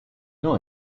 know